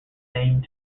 same